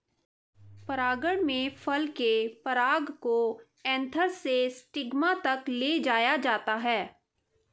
परागण में फल के पराग को एंथर से स्टिग्मा तक ले जाया जाता है